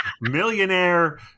millionaire